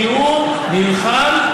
כי הוא נלחם,